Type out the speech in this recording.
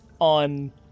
on